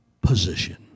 position